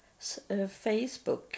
Facebook